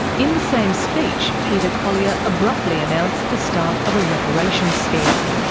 in the same speech, peter collier abruptly announced the start of a reparation scheme.